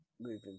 moving